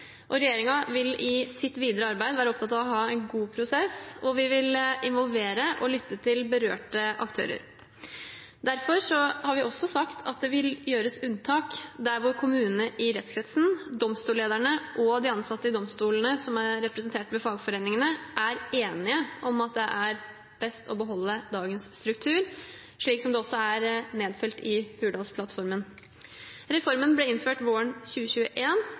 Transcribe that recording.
vil i sitt videre arbeid være opptatt av å ha en god prosess, og vi vil involvere og lytte til berørte aktører. Derfor har vi også sagt at det vil gjøres unntak der kommunene i rettskretsen, domstollederne og de ansatte i domstolene, som er representert ved fagforeningene, er enige om at det er best å beholde dagens struktur, slik det også er nedfelt i Hurdalsplattformen. Reformen ble innført våren